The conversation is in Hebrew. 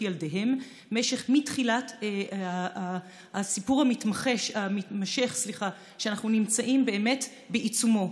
ילדיהם מתחילת הסיפור המתמשך שאנחנו נמצאים באמת בעיצומו,